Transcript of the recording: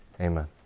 amen